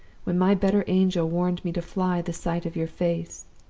when my better angel warned me to fly the sight of your face.